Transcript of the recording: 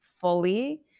Fully